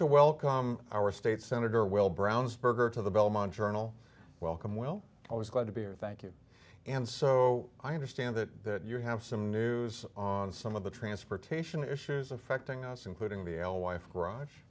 to welcome our state senator well brown's burger to the belmont journal welcome will always glad to be here thank you and so i understand that you have some news on some of the transportation issues affecting us including the l wife gra